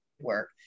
work